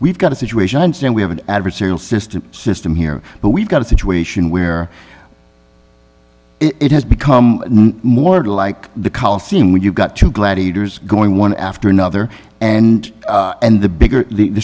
we've got a situation understand we have an adversarial system system here but we've got a situation where it has become more like the coliseum when you've got two gladiators going one after another and and the bigger the